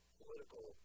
political